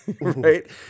Right